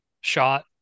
shot